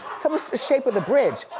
it's almost the shape of the bridge.